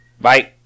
Bye